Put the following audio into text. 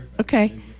okay